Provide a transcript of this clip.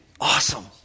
Awesome